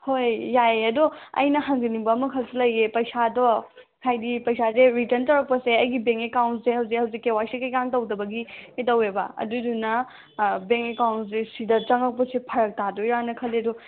ꯍꯣꯏ ꯌꯥꯏ ꯑꯗꯣ ꯑꯩꯅ ꯍꯪꯖꯅꯤꯡꯕ ꯑꯃꯈꯛ ꯂꯩꯌꯦ ꯄꯩꯁꯥꯗꯣ ꯍꯥꯏꯗꯤ ꯄꯩꯁꯥꯁꯦ ꯔꯤꯇꯟ ꯇꯧꯔꯛꯄꯁꯦ ꯑꯩꯒꯤ ꯕꯦꯡꯛ ꯑꯦꯀꯥꯎꯟꯁꯦ ꯍꯧꯖꯤꯛ ꯍꯧꯖꯤꯛ ꯀꯦ ꯋꯥꯏ ꯁꯤ ꯀꯩꯀꯥ ꯇꯧꯗꯕꯒꯤ ꯀꯩꯗꯧꯑꯦꯕ ꯑꯗꯨꯒꯤꯗꯨꯅ ꯕꯦꯡꯛ ꯑꯦꯀꯥꯎꯟꯁꯦ ꯁꯤꯗ ꯆꯪꯉꯛꯄꯁꯦ ꯐꯔꯛ ꯇꯥꯗꯣꯏꯔꯥꯅ ꯈꯜꯂꯦ ꯑꯗꯣ